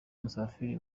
musafiri